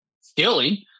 stealing